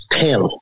ten